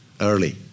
Early